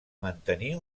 mantenir